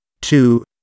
two